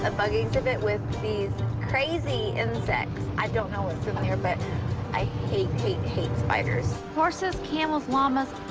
ah bug exhibit with these crazy insects. i don't know in there, but i hate, hate, hate spiders. horses, camels, llamas,